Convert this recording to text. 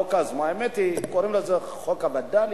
החוק הזה, האמת היא, קוראים לזה חוק הווד”לים.